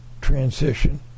transition